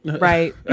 right